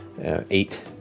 eight